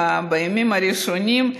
בימים הראשונים,